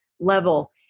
Level